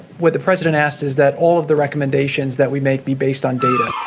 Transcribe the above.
what the president asked is that all of the recommendations that we make be based on data